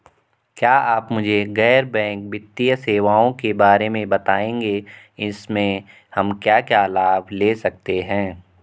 क्या आप मुझे गैर बैंक वित्तीय सेवाओं के बारे में बताएँगे इसमें हम क्या क्या लाभ ले सकते हैं?